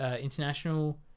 international